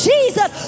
Jesus